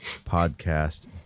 podcast